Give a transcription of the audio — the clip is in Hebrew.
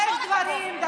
מדהים.